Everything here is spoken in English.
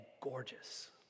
gorgeous